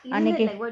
அன்னைக்கி:annaiki